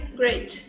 great